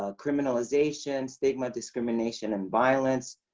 ah criminalization, stigma, discrimination and violence.